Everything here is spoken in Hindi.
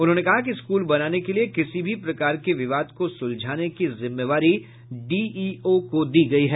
उन्होंने कहा कि स्कूल बनाने के लिए किसी भी प्रकार के विवाद को सुलझाने की जिम्मेवारी डीईओ को दी गयी है